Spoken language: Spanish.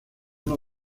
uno